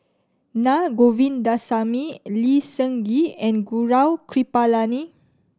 Na Govindasamy Lee Seng Gee and Gaurav Kripalani